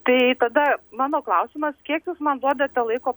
tai tada mano klausimas kiek jūs man duodate laiko